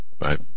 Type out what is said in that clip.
right